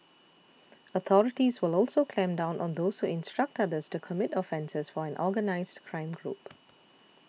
authorities will also clamp down on those who instruct others to commit offences for an organised crime group